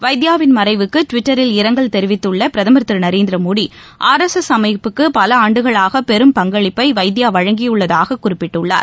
வைத்யாவின் மறைவுக்கு டுவிட்டரில் இரங்கல் தெரிவித்துள்ள பிரதமர் Thiru Narendra Modi R S S அமைப்புக்கு பல ஆண்டுகளாக பெரும் பங்களிப்பை வைத்யா வழங்கியுள்ளதாக குறிப்பிட்டுள்ளார்